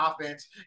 offense